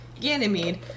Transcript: Ganymede